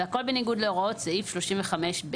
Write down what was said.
והכול בניגוד להוראת סעיף 35(ב).